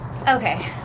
Okay